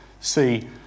see